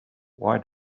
why